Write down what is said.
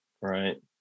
right